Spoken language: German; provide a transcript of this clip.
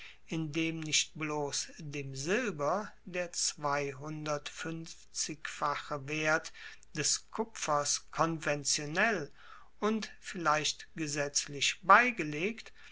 nicht bloss dem silber der zweihundertfuenfzigfache wert des kupfers konventionell und vielleicht gesetzlich beigelegt